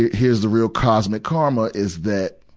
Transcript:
here's the real cosmic karma, is that,